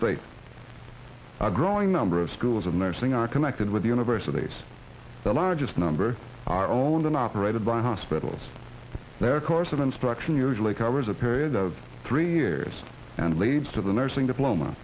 state a growing number of schools of nursing are connected with universities the largest number are owned and operated by hospitals their course of instruction usually covers a period of three years and leads to the nursing diploma